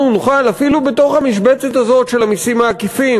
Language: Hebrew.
אנחנו נוכל אפילו בתוך המשבצת הזאת של המסים העקיפים